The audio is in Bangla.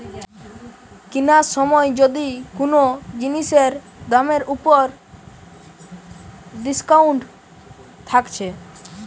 কিনার সময় যদি কুনো জিনিসের দামের উপর ডিসকাউন্ট থাকছে